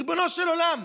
ריבונו של עולם,